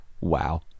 wow